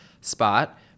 spot